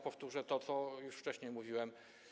Powtórzę to, co już wcześniej mówiłem.